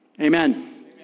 Amen